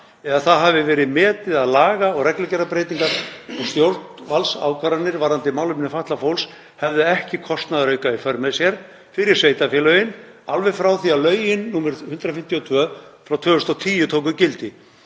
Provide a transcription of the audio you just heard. eða það hafi verið metið að laga- og reglugerðarbreytingar og stjórnvaldsákvarðanir varðandi málefni fatlaðs fólks hefðu ekki kostnaðarauka í för með sér fyrir sveitarfélögin alveg frá því að lögin nr. 152/2010 tóku gildi.